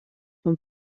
vom